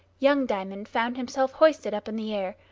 young diamond found himself hoisted up in the air,